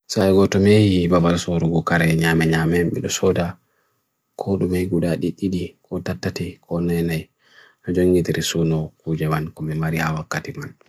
Saigotumei babasoru gukare nyaman nyaman bido soda, kodumei guda ditidi, kodatati, konaenei, hajongitri suno kujawan kumimari hawakatiman.